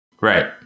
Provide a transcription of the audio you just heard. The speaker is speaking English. Right